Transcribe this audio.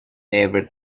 ever